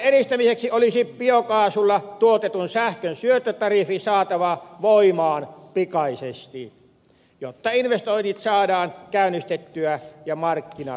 asian edistämiseksi olisi biokaasulla tuotetun sähkön syöttötariffi saatava voimaan pikaisesti jotta investoinnit saadaan käynnistettyä ja markkinat toimimaan